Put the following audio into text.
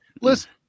listen